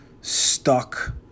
stuck